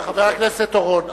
חבר הכנסת אורון,